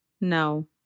No